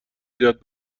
زیاد